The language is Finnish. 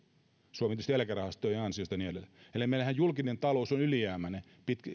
suomi tietysti eläkerahastojen ansiosta ja niin edelleen eli meillähän julkinen talous on ylijäämäinen